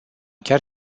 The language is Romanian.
chiar